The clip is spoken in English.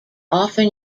often